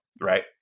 right